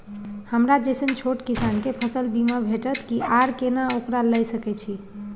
हमरा जैसन छोट किसान के फसल बीमा भेटत कि आर केना ओकरा लैय सकैय छि?